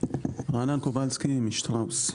רענן קובלסקי משטראוס.